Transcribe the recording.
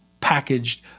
packaged